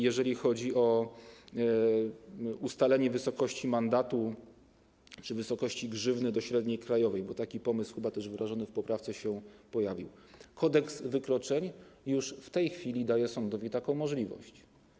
Jeżeli chodzi o ustalenie wysokości mandatu czy wysokości grzywny w odniesieniu do średniej krajowej - bo taki pomysł, chyba też wyrażony w poprawce, się pojawił - to Kodeks wykroczeń już w tej chwili daje sądowi taką możliwość.